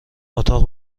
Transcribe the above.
اتاق